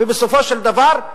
ובסופו של דבר,